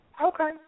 Okay